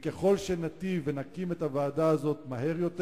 וככל שניטיב ונקים את הוועדה הזאת מהר יותר,